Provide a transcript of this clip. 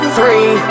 Three